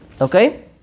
Okay